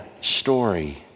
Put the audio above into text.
story